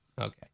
okay